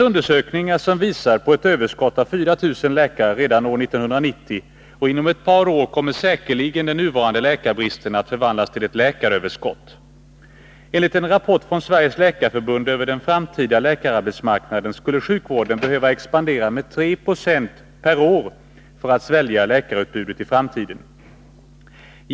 Undersökningar visar på ett överskott av 4 000 läkare redan år 1990, och inom ett par år kommer säkerligen den nuvarande läkarbristen att förvandlas till ett läkaröverskott. Enligt en rapport från Sveriges läkarförbund över den framtida läkararbetsmarknaden skulle sjukvården behöva expandera med 3 Io per år för att svälja läkarutbudet i framtiden.